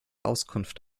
auskunft